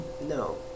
No